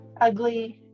ugly